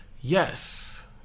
Yes